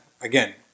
again